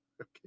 Okay